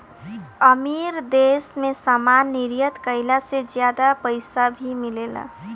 अमीर देश मे सामान निर्यात कईला से ज्यादा पईसा भी मिलेला